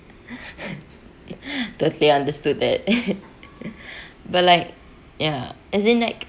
totally understood that but like ya as in like